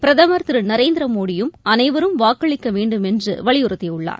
பிரதமர் திருநரேந்திரமோடியும் அனைவரும் வாக்களிக்கவேண்டும் என்றுவலியுறுத்தியுள்ளார்